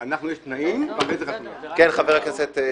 אצלנו יש תנאים, אחרי זה חתונה.